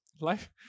Life